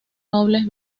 nobles